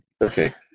okay